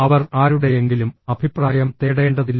അവർ ആരുടെയെങ്കിലും അഭിപ്രായം തേടേണ്ടതില്ല